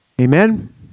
Amen